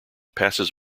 passes